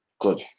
Good